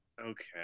Okay